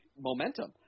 momentum